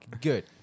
good